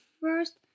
first